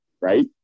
right